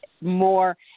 more